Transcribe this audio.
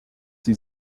sie